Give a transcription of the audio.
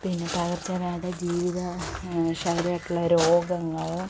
പിന്നെ പകർച്ച അല്ലാതെ ജീവിത ശൈലി ആയിട്ടുള്ള രോഗങ്ങൾ